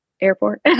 airport